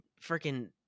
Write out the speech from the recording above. freaking